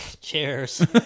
Cheers